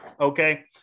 Okay